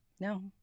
No